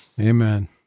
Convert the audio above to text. Amen